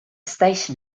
station